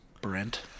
Brent